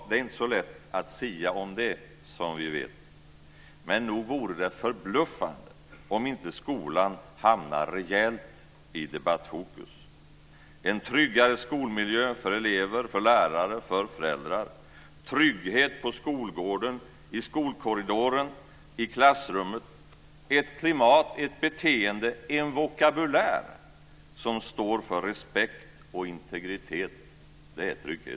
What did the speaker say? Det är inte så lätt att sia om det, som vi vet. Men nog vore det förbluffande om inte skolan hamnar rejält i debattfokus. Det handlar om en tryggare skolmiljö för elever, lärare och föräldrar, om trygghet på skolgården, i skolkorridoren och i klassrummet och om ett klimat, ett beteende och en vokabulär som står för respekt och integritet. Det är trygghet.